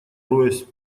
роясь